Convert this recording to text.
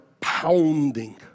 pounding